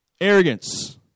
Arrogance